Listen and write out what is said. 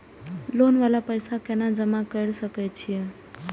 Loan वाला पैसा केना जमा कर सके छीये?